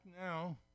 now